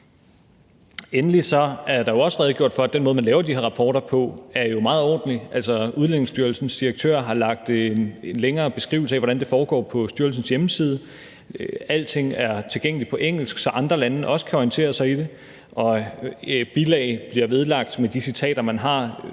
Endelig er der også redegjort for, at den måde, man laver de her rapporter på, er meget ordentlig. Udlændingestyrelsens direktør har lagt en længere beskrivelse af, hvordan det foregår, på styrelsens hjemmeside. Alting er tilgængeligt på engelsk, så andre lande også kan orientere sig i det, og bilag bliver vedlagt med de citater, man har